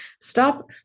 stop